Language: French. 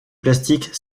plastique